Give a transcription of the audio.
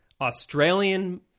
Australian